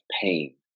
pain